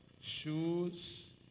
shoes